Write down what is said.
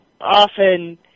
often